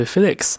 Felix